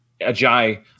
Ajay